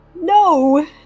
No